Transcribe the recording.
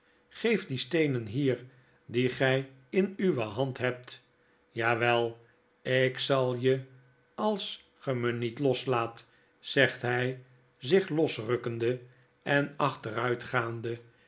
geef die steenen hier die gy in uwe hand hebt jawel ik zal je als ge me niet loslaat zegt hy zich losrukkende en